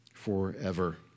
Forever